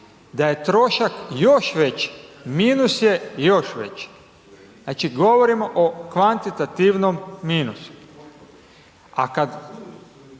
da je trošak još veći, minus je još veći, znači, govorimo o kvantitativnom minusu. A kad